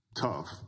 tough